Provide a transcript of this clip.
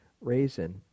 raisin